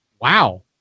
wow